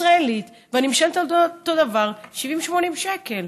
ישראלית, ואני משלמת על אותו דבר 80-70 שקל.